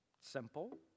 simple